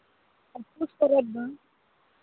ᱯᱩᱥ ᱯᱚᱨᱚᱵᱽ ᱫᱚ